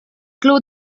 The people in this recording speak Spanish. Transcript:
club